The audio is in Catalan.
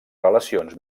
relacions